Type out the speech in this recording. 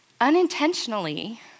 unintentionally